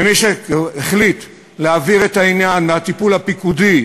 ומי שהחליט להעביר את העניין מהטיפול הפיקודי,